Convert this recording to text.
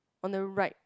on the right